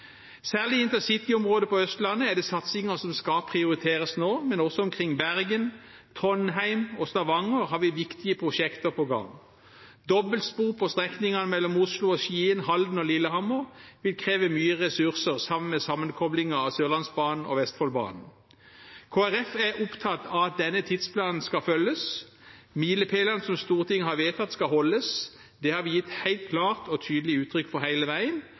Særlig i InterCity-området på Østlandet er det satsinger som skal prioriteres nå, men også i Bergen, Trondheim og Stavanger har vi viktige prosjekter på gang. Dobbeltspor på strekningene mellom Oslo og Skien, Halden og Lillehammer vil kreve mye ressurser. Det gjelder også sammenkoblingen av Sørlandsbanen og Vestfoldbanen. Kristelig Folkeparti er opptatt av at denne tidsplanen skal følges. Milepælene som Stortinget har vedtatt, skal holdes. Det har vi gitt helt klart og tydelig uttrykk for hele veien,